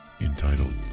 entitled